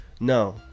No